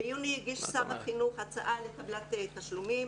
ביוני הגיש שר החינוך הצעה לטבלת תשלומים.